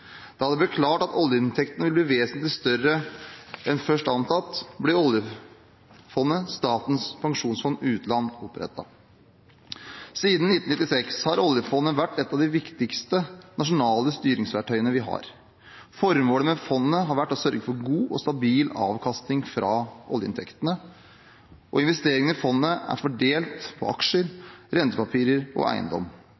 Da det ble klart at oljeinntektene ville bli vesentlig større enn først antatt, ble oljefondet – Statens pensjonsfond utland – opprettet. Siden 1996 har oljefondet vært et av de viktigste nasjonale styringsverktøyene vi har. Formålet med fondet har vært å sørge for god og stabil avkastning fra oljeinntektene, og investeringene i fondet er fordelt på aksjer, rentepapirer og eiendom.